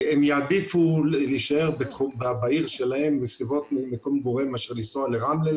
הם יעדיפו להישאר בעיר שלהם מאשר לנסוע לרמלה,